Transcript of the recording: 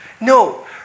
No